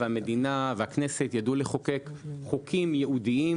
והמדינה והכנסת ידעו לחוקק חוקים ייעודיים